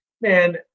man